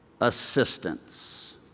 assistance